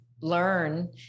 learn